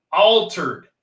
altered